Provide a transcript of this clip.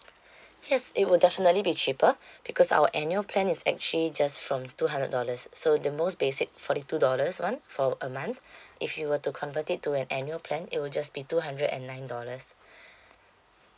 yes it would definitely be cheaper because our annual plan is actually just from two hundred dollars so the most basic forty two dollars one for a month if you were to convert it to an annual plan it will just be two hundred and nine dollars